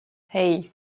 hey